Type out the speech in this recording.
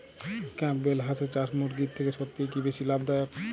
Campbell হাঁসের চাষ মুরগির থেকে সত্যিই কি বেশি লাভ দায়ক?